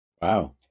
Wow